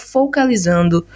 Focalizando